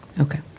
Okay